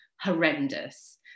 horrendous